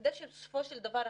כדי שבסופו של דבר,